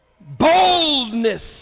Boldness